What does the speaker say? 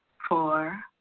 four,